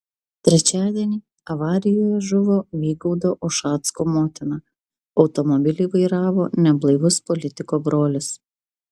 trečiadienį avarijoje žuvo vygaudo ušacko motina automobilį vairavo neblaivus politiko brolis